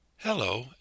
Hello